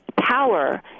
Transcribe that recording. power